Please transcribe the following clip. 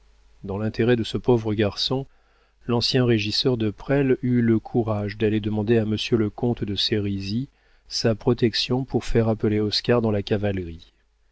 dans l'intérêt de ce pauvre garçon l'ancien régisseur de presles eut le courage d'aller demander à monsieur le comte de sérisy sa protection pour faire appeler oscar dans la cavalerie